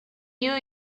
you